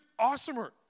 awesomer